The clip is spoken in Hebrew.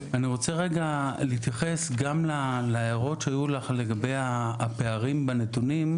אני רוצה רגע להתייחס גם להערות שהיו לך לגבי הפערים בנתונים.